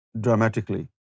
dramatically